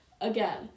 Again